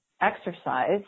exercise